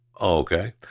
okay